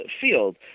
field